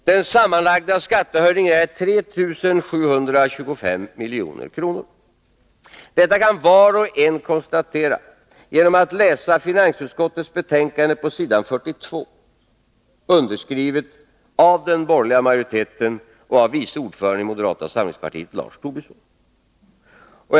Den sammanlagda skattehöjningen är 3 725 milj.kr. Detta kan var och en konstatera genom att läsa finansutskottets betänkande, s. 42, underskrivet av den borgerliga majoriteten i utskottet inkl. vice ordföranden i moderata samlingspartiet Lars Tobisson.